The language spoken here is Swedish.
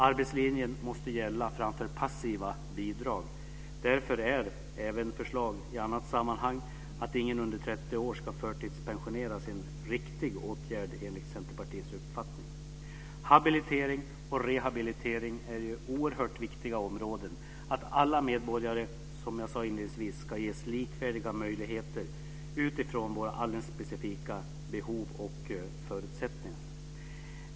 Arbetslinjen måste gälla framför passiva bidrag. Därför är även förslag som förts fram i annat sammanhang, att ingen under 30 år ska förtidspensioneras, en riktig åtgärd enligt Centerpartiets uppfattning. Habilitering och rehabilitering är oerhört viktiga områden. Alla medborgare ska, som jag sade inledningsvis, ges likvärdiga möjligheter utifrån sina alldeles specifika behov och förutsättningar.